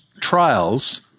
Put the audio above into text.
trials